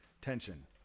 tension